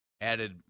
added